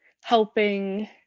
helping